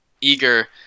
eager